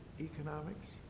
economics